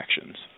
actions